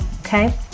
Okay